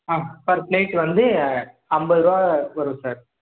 ஆ per plate வந்து ஐம்பது ரூபா வரும் சார்